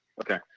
Okay